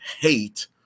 hate